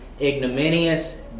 ignominious